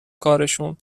کارشون